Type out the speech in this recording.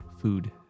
food